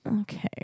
okay